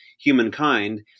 humankind